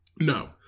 No